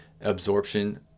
absorption